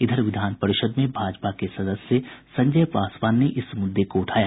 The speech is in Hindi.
इधर विधान परिषद् में भाजपा के सदस्य संजय पासवान ने इस मुद्दे को उठाया